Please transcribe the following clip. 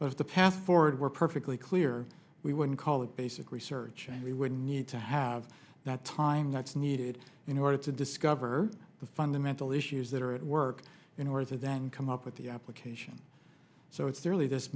for the path forward we're perfectly clear we wouldn't call it basic research and we would need to have that time that's needed in order to discover the fundamental issues that are at work in order to then come up with the application so it's early this